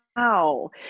Wow